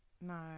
No